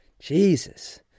Jesus